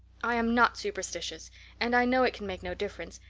i am not superstitious and i know it can make no difference.